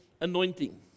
anointing